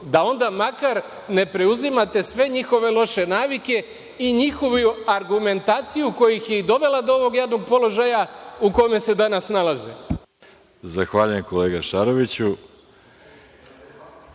da onda makar ne preuzimate sve njihove loše navike i njihovu argumentaciju koja ih je dovela do ovog jadnog položaja u kome se danas nalaze. **Veroljub Arsić**